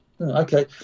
Okay